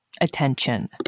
attention